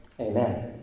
Amen